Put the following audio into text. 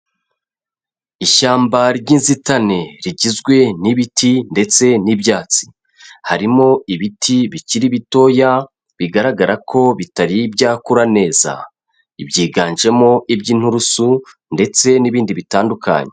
Ishyamba ry'inzitane rigizwe n'ibiti ndetse n'ibyatsi, harimo ibiti bikiri bitoya, bigaragara ko bitari byakura neza, byiganjemo iby'inturusu ndetse n'ibindi bitandukanye.